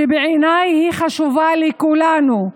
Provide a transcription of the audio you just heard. שבעיניי היא חשובה לכולנו,